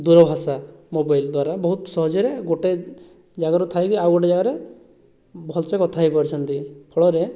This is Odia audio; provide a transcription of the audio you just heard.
ଦୂରଭାଷା ମୋବାଇଲ ଦ୍ଵାରା ବହୁତ ସହଜରେ ଗୋଟାଏ ଜାଗାରୁ ଥାଇକି ଆଉ ଗୋଟେ ଜାଗାରେ ଭଲସେ କଥା ହେଇପାରୁଛନ୍ତି ଫଳରେ